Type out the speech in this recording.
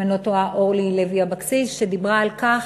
אם אני לא טועה, אורלי לוי אבקסיס, שדיברה על כך